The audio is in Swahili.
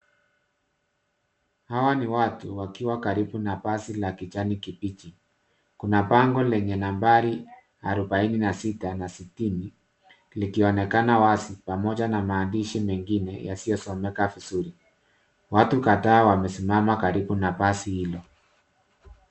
Hawa ni watu wakiwa karibu na basi la kijani kibichi. Kuna bango lenye nambari 46 na 60, likionekana wazi pamoja na maandishi mengine yasiosomeka vizuri. Watu kadhaa wamesimama karibu na basi hilo.